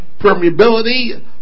permeability